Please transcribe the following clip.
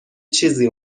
چیزی